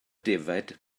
defaid